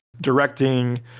directing